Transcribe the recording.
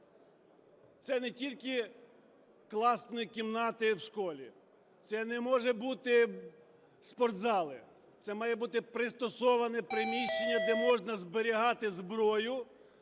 Це не тільки класні кімнати в школі, це не можуть бути спортзали, це має бути пристосоване приміщення, де можна зберігати зброю,